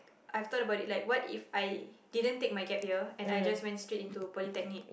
I've thought about it like what If I didn't take my gap year and I just went straight into Polytechnic